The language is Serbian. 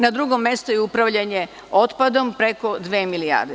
Na drugom mestu je upravljanje otpadom preko dve milijarde.